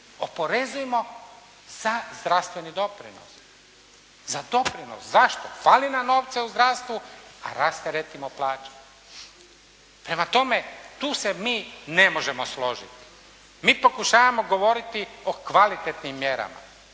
oporezujmo za zdravstveni doprinos. Za doprinos. Zašto? Fali nam novca u zdravstvu, a rasteretimo plaće. Prema tome, tu se mi ne možemo složiti. Mi pokušavamo govoriti o kvalitetnim mjerama.